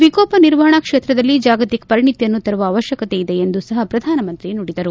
ವಿಕೋಪ ನಿರ್ವಹಣಾ ಕ್ಷೇತ್ರದಲ್ಲಿ ಜಾಗತಿಕ ಪರಿಣತಿಯನ್ನು ತರುವ ಅವಶ್ಯಕತೆ ಇದೆ ಎಂದು ಸಹ ಪ್ರಧಾನಮಂತ್ರಿ ನುಡಿದರು